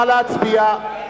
נא להצביע.